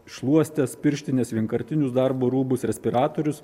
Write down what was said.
šluostes pirštines vienkartinius darbo rūbus respiratorius